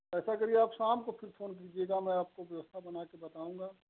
ऐसा करिये आप शाम को फोन कीजियेगा मैं आपको व्यवस्था बना कर बताऊँगा